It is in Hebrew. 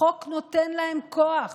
החוק נותן להם כוח